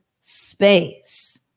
space